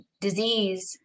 disease